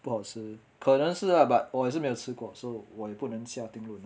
不好吃可能是 lah but 我也是没有吃过 so 我也不能下定论